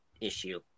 issue